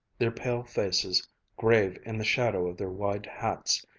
their pale faces grave in the shadow of their wide hats,